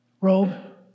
robe